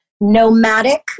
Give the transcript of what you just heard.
nomadic